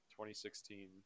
2016